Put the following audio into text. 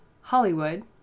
Hollywood